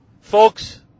Folks